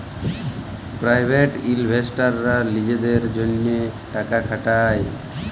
private ইলভেস্টাররা লিজেদের জ্যনহে টাকা খাটায়